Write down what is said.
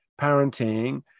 parenting